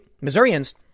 Missourians